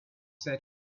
setting